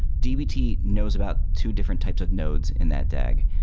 dbt knows about two different types of nodes in that dag.